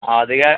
അധിക